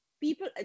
people